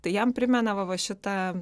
tai jam primena va va šitą